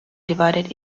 divided